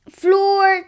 floor